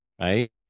right